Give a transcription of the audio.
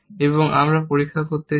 এবং আমরা পরীক্ষা করতে চাই